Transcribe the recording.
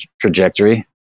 trajectory